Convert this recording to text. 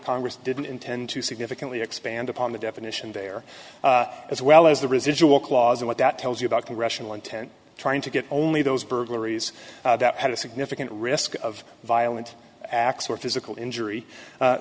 congress didn't intend to significantly expand upon the definition there as well as the residual clause or what that tells you about congressional intent trying to get only those burglaries that had a significant risk of violent acts or physical injury